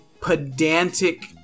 pedantic